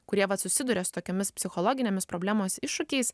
kurie va susiduria su tokiomis psichologinėmis problemomis iššūkiais